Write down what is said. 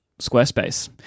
Squarespace